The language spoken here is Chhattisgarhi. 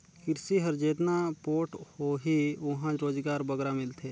किरसी हर जेतना पोठ होही उहां रोजगार बगरा मिलथे